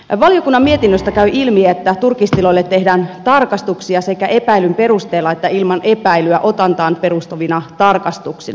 valiokunnan mietinnöstä käy ilmi että turkistiloille tehdään tarkastuksia sekä epäilyn perusteella että ilman epäilyä otantaan perustavina tarkastuksina